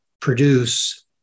produce